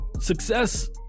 Success